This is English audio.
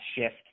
shift